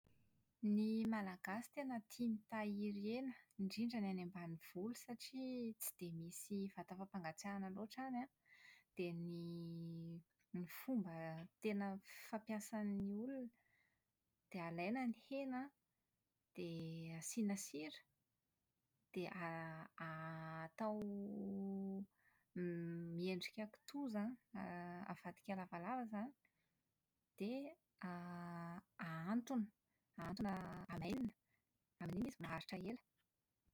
Ny Malagasy tena tia mitahiry hena, indrindra ny any ambanivolo satria tsy dia misy vata fampangatsiahana loatra any an, dia ny ny fomba tena fampiasan'ny olona dia alaina ny hena an, dia asiana sira dia a- a- atao miendrika kitoza an >, avadika lavalava izany dia > ahantona ahantona hamainina. Amin'iny izy maharitra ela.